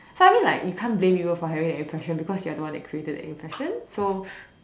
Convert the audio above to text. so I mean like you can't blame people for having that impression because you are the one that created that impression so